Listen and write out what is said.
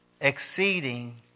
exceeding